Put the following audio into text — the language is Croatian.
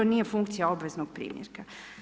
To nije funkcija obveznog primjerka.